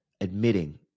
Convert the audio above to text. admitting